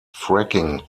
fracking